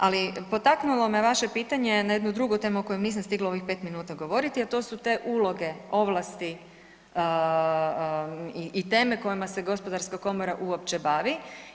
Ali potaknulo me vaše pitanje na jednu drugu temu o kojoj nisam stigla u ovih 5 minuta govoriti, a to su te uloge ovlasti i teme kojima se gospodarska komora uopće bavi.